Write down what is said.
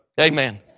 Amen